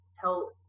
tell